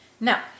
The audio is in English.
Now